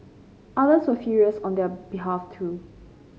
others were furious on their behalf too